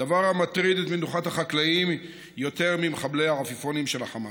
דבר המטריד את מנוחת החקלאים יותר ממחבלי העפיפונים של החמאס.